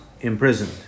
imprisoned